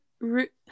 root